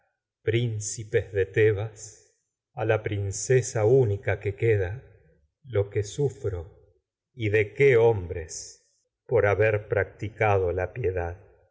príncipes que de y tebas a la princesa tínica que queda lo ticado la sufro de qué hombres por haber prac piedad